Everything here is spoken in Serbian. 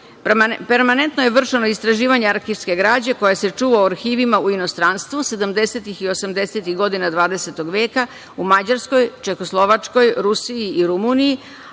Permanentno je vršeno istraživanje arhivske građe koja se čuva u arhivima u inostranstvu sedamdesetih i osamdesetih godina 20. veka, u Mađarskoj, Čehoslovačkoj, Rusiji i Rumuniji.